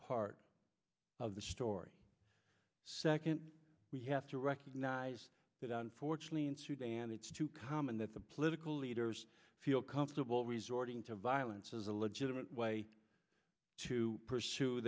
part of the story second we have to recognize that on fortunately in sudan it's too common that the political leaders feel comfortable resorting to violence as a legitimate way to pursue